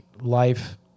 life